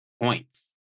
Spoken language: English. points